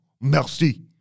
merci